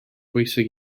bwysig